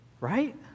right